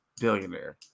Billionaire